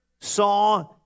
saw